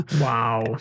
Wow